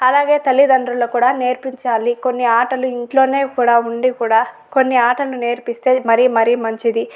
అలాగే తల్లిదండ్రులు కూడా నేర్పించాలి కొన్ని ఆటలు ఇంట్లోనే కూడా ఉండి కూడా కొన్ని ఆటలు నేర్పిస్తే మరీ మరీ మంచిది